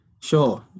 sure